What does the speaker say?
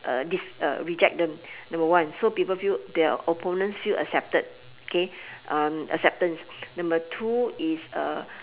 uh this uh reject them number one so people feel the opponents feel accepted K um acceptance number two is uh